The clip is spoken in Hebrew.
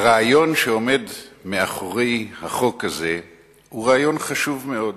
הרעיון שעומד מאחורי החוק הזה הוא רעיון חשוב מאוד,